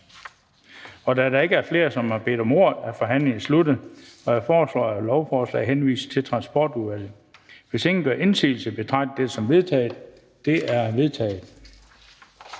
Da der ikke er flere, som har bedt om ordet, er forhandlingen sluttet. Jeg foreslår, at lovforslaget henvises til Transportudvalget. Hvis ingen gør indsigelse, betragter jeg dette som vedtaget. Det er vedtaget.